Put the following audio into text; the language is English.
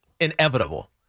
inevitable